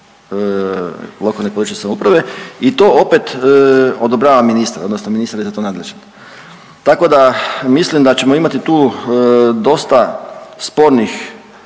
lokalne i područne samouprave i to opet odobrava ministar, odnosno ministar je za to nadležan. Tako da, mislim da ćemo imati tu dosta spornih,